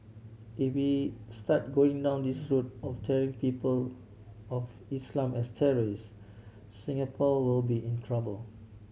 if we start going down this is route of tarring people of Islam as terrorists Singapore will be in trouble